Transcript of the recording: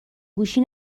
گوشی